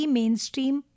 mainstream